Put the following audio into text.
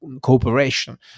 cooperation